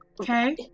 okay